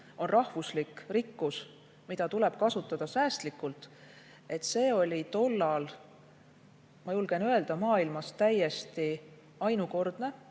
on rahvuslik rikkus, mida tuleb kasutada säästlikult, oli tollal, ma julgen öelda, maailmas täiesti ainukordne.